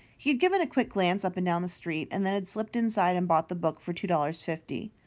he had given a quick glance up and down the street and then had slipped inside and bought the book for two dollars fifty.